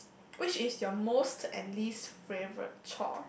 which is your most and least favorite core